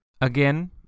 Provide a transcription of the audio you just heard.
again